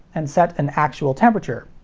and set an actual temperature.